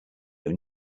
own